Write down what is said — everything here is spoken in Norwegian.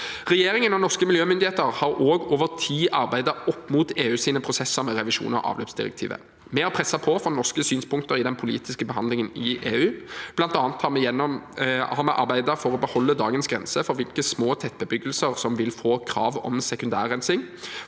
Regjeringen og norske miljømyndigheter har også over tid arbeidet opp mot EUs prosesser med revisjon av avløpsdirektivet. Vi har presset på for norske synspunkter i den politiske behandlingen i EU. Vi har bl.a. arbeidet for å beholde dagens grense for hvilke små tettbebyggelser som vil få krav om sekundærrensing,